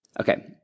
Okay